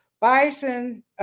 Bison